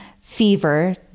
fever